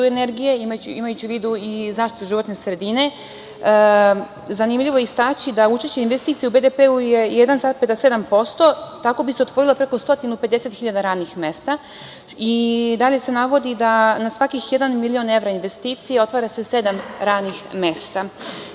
energije, imajući u vidu i zaštitu životne sredine, zanimljivo je istaći da učešće investicija u BDP je 1,7%, tako bi se otvorilo preko 150 hiljada radnih mesta i dalje se navodi da na svaki milion evra investicija otvara se sedam radnih mesta. To